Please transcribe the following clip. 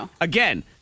again